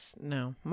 No